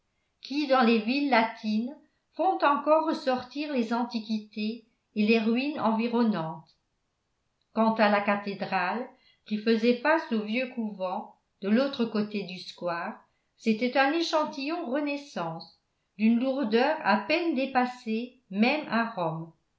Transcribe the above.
progrès qui dans les villes latines font encore ressortir les antiquités et les ruines environnantes quant à la cathédrale qui faisait face au vieux couvent de l'autre côté du square c'était un échantillon renaissance d'une lourdeur à peine dépassée même à rome